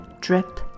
drip